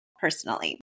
personally